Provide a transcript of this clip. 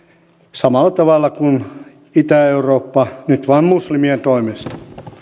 samalla tavalla kuin itä eurooppa nyt vain muslimien toimesta